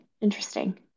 Interesting